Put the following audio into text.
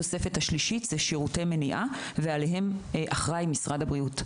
התוספת השלישית לחוק זה עוסקת בשירותי מניעה ועליהם אחראי משרד הבריאות.